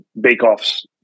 bake-offs